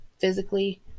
physically